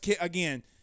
again